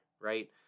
Right